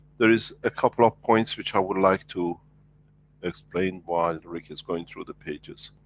there is a couple of points which i would like to explain while rick is going through the pages.